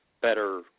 better